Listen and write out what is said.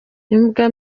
imbwa